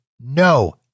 no